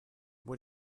what